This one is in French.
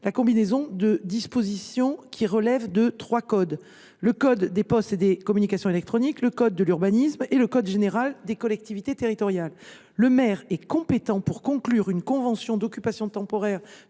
la combinaison de dispositions relevant de trois codes : le code des postes et des communications électroniques, le code de l’urbanisme et le code général des collectivités territoriales. Le maire est compétent pour conclure une convention d’occupation temporaire